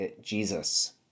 Jesus